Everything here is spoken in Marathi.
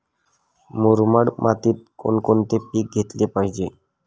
मुरमाड मातीत कोणकोणते पीक घेतले पाहिजे?